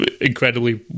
incredibly